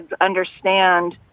understand